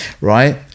right